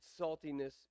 saltiness